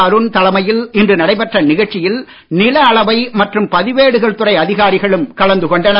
அருண் தலைமையில் இன்று நடைபெற்ற நிகழ்ச்சியில் நில அளவை மற்றும் பதிவேடுகள் துறை அதிகாரிகளும் கலந்து கொண்டனர்